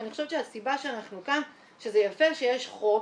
אני חושבת שהסיבה שאנחנו כאן שזה יפה שיש חוק,